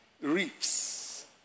reefs